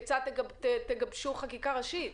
כיצד תגבשו חקיקה ראשית?